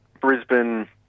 Brisbane